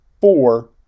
Four